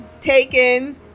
taken